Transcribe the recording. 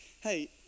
hey